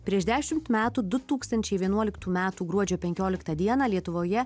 prieš dešimt metų du tūkstančiai vienuoliktų metų gruodžio penkioliktą dieną lietuvoje